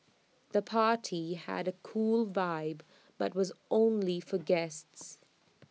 the party had A cool vibe but was only for guests